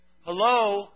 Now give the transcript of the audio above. hello